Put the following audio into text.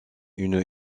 une